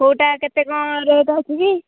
କେଉଁଟା କେତେ କଣ ରେଟ୍ ଅଛି କି